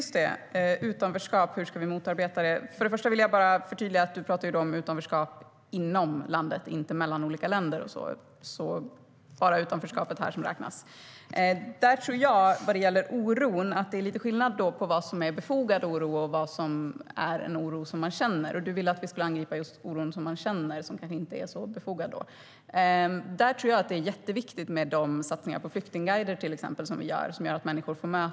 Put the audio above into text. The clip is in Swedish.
Herr talman! Just det - hur ska vi kunna motarbeta utanförskap? Först vill jag förtydliga att Paula Bieler talar om utanförskap inom landet, inte mellan olika länder. När det gäller oron är det skillnad mellan befogad oro och en oro som man bara känner. Du ville att man skulle angripa just den oro som man känner, som kanske inte är befogad. Där tror jag att det är jätteviktigt med till exempel de satsningar vi gör på flyktingguider, som gör att människor får mötas.